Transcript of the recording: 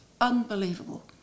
unbelievable